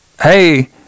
Hey